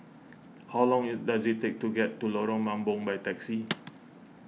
how long it does it take to get to Lorong Mambong by taxi